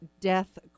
Death